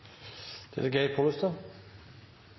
da er det